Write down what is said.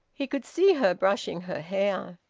he could see her brushing her hair.